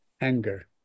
anger